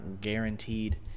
guaranteed